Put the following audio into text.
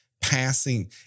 passing